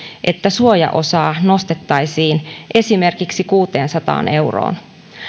että suojaosaa nostettaisiin esimerkiksi kuuteensataan euroon